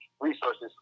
resources